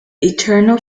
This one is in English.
eternal